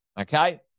Okay